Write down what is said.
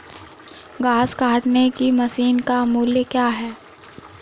घास काटने की मशीन का मूल्य क्या है?